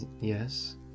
Yes